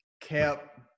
kept